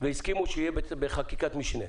והסכימו שזה יהיה בחקיקת משנה.